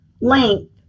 length